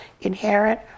inherent